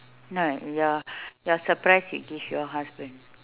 no your your surprise you give your husband